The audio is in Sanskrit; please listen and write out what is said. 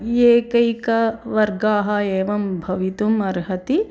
एकैकाः वर्गाः एवं भवितुम् अर्हति